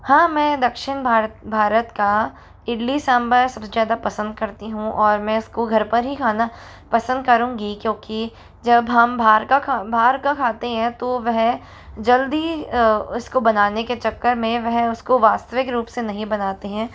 हाँ मैं दक्षिण भारत भारत का इडली सांभर सबसे ज़्यादा पसंद करती हूँ और मैं उसको घर पर ही खाना पसंद करूँगी क्योंकि जब हम बाहर का खा बाहर का खाते हैं तो वह जल्दी ही उसको बनाने के चक्कर में वह उसको वास्तविक रूप से नहीं बनाते हैं